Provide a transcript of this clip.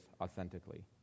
authentically